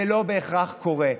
זה לא בהכרח קורה.